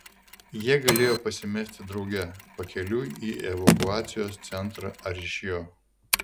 jie galėjo pasimesti drauge pakeliui į evakuacijos centrą ar iš jo